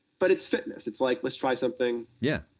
but it's fitness. it's like, let's try something. yeah.